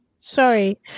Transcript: Sorry